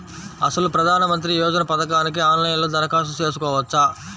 అసలు ప్రధాన మంత్రి యోజన పథకానికి ఆన్లైన్లో దరఖాస్తు చేసుకోవచ్చా?